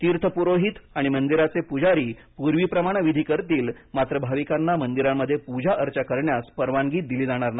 तीर्थ पुरोहित आणि मंदिरांचे पुजारी पूर्वीप्रमाणे विधी करतील मात्र भाविकांना मंदिरांमध्ये पूजा अर्चना करण्यास परवानगी दिली जाणार नाही